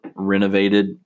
renovated